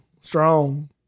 Strong